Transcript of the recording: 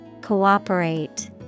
Cooperate